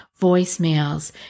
voicemails